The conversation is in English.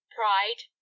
pride